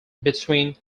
between